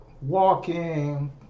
walking